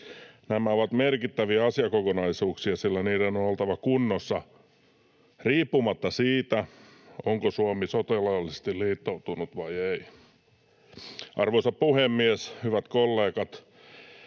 Nämä ovat merkittäviä asiakokonaisuuksia, sillä niiden on oltava kunnossa riippumatta siitä, onko Suomi sotilaallisesti liittoutunut vai ei. Arvoisa puhemies! Hyvät kollegat!